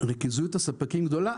ריכוזיות הספקים גדולה,